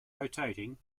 rotating